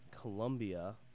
colombia